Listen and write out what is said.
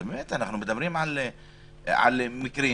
והן באמת מתייחסות למקרים